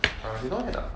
eh she not bad lah